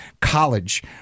college